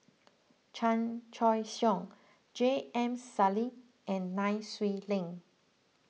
Chan Choy Siong J M Sali and Nai Swee Leng